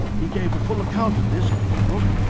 he gave a full account of this in his book,